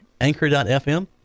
Anchor.fm